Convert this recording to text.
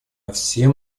всем